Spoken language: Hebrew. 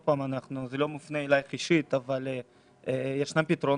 זה לא מופנה אלייך אישית, אבל ישנם פתרונות.